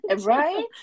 right